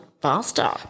faster